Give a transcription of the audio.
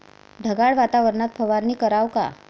ढगाळ वातावरनात फवारनी कराव का?